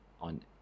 on